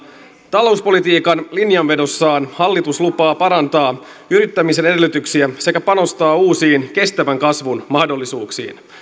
talouspolitiikan linjanvedossaan hallitus lupaa parantaa yrittämisen edellytyksiä sekä panostaa uusiin kestävän kasvun mahdollisuuksiin